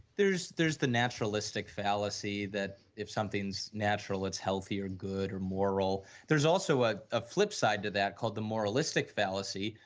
there is there is the naturalistic fallacy that if something is natural it's healthy or good or moral, there is also a ah flipside to that called the moralistic fallacy,